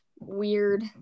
weird